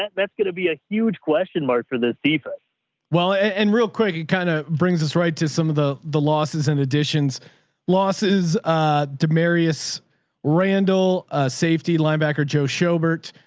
and that's going to be a huge question mark for the cfs and real quick, it kind of brings us right to some of the, the losses and additions losses to marius randall safety linebacker, joe sherbert,